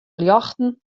ljochten